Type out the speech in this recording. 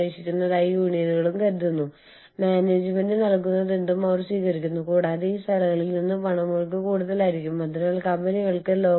പ്രാദേശിക വിപണികളും നിങ്ങളുടെ മാതൃരാജ്യത്തെ വിപണിയും തമ്മിലുള്ള ഈ വ്യത്യാസങ്ങളുമായി പൊരുത്തപ്പെടുകയാണെങ്കിൽ നിങ്ങൾക്ക് കൂടുതൽ പണം സമ്പാദിക്കാം